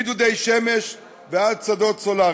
מדודי-שמש ועד שדות סולריים.